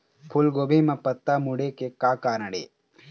फूलगोभी म पत्ता मुड़े के का कारण ये?